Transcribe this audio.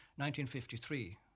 1953